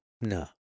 no